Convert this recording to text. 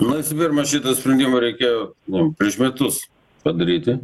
na visų pirma šitą sprendimą reikėjo jau prieš metus padaryti